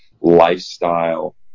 lifestyle